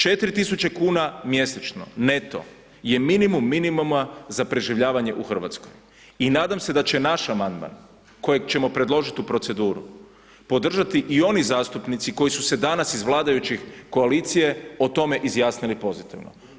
4.000 kuna mjesečno neto je minimum minimuma za preživljavanje u Hrvatskoj i nadam se da će naš amandman kojeg ćemo predložiti u proceduru podržati i oni zastupnici koji su se danas iz vladajuće koalicije o tome izjasnili pozitivno.